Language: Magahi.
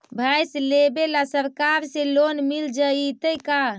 भैंस लेबे ल सरकार से लोन मिल जइतै का?